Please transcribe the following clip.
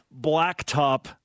Blacktop